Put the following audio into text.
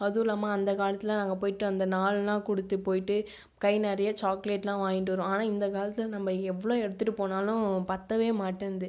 அதுவும் இல்லாம அந்த காலத்தில் நாங்கள் போய்விட்டு அந்த நாலனா கொடுத்து போய்விட்டு கை நிறைய சாக்லேட்எல்லாம் வாங்கி கிட்டு வருவோம் ஆனால் இந்த காலத்தில் நாம் எவ்வளவு எடுத்துவிட்டு போனாலும் பத்தவே மாட்டேன் என்கிறது